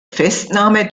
festnahme